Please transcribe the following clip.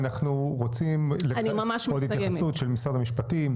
כי אנחנו רוצים עוד התייחסות של משרד המשפטים.